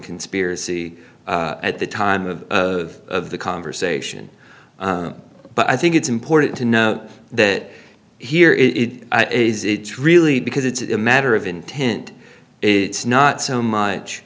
conspiracy at the time of of the conversation but i think it's important to know that here is it is it's really because it's a matter of intent it's not so much